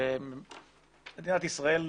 מדינת ישראל,